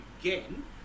again